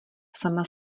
sama